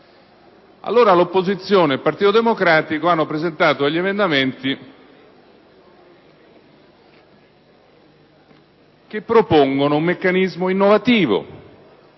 L'opposizione ed il Partito Democratico hanno presentato degli emendamenti che propongono un meccanismo innovativo,